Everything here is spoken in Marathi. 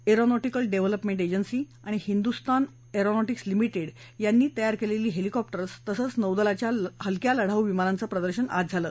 एरॉनॉटीकल डेवल्पमेन्ट एंजन्सी आणि हिंदुस्थान एरॉनॉटीक्स लिमीटेड यांनी तयार केलेली हेलिकॉप्टर्स तसंच नौदलाच्या हलक्या लढाऊ विमानांचं प्रदर्शन आज झालं